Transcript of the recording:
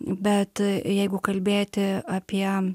bet jeigu kalbėti apie